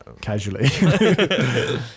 Casually